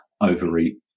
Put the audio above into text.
overeat